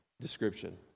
description